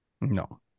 no